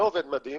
שלא עובד מדהים,